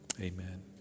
amen